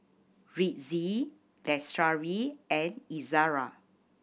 Rizqi Lestari and Izara